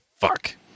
fuck